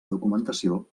documentació